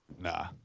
Nah